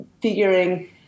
figuring